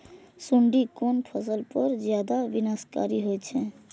सुंडी कोन फसल पर ज्यादा विनाशकारी होई छै?